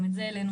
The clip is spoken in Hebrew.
גם את זה העלינו